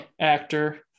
actor